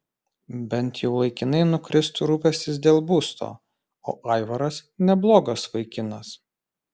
bent jau laikinai nukristų rūpestis dėl būsto o aivaras neblogas vaikinas